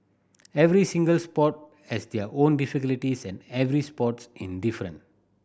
every single sport has their own and every sports in different